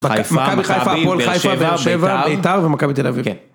‫מכבי חיפה, הפועל חיפה, באר שבע, ‫ביתר ומכבי תל אביב.